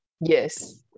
Yes